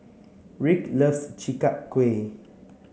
Rick loves Chi Kak Kuih